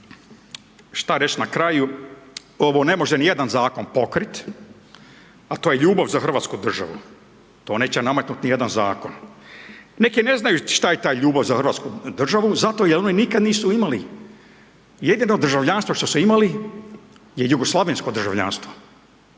šta reći na kraju? Ovo ne može nijedan Zakon pokrit, a to je ljubav za hrvatsku državu, to neće nametnuti nijedan Zakon. Neki ne znaju šta je ta ljubav za hrvatsku državu zato jel oni nikada nisu imali, jedino državljanstvo što su imali je jugoslavensko državljanstvo